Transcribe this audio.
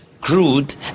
crude